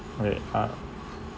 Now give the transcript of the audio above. right uh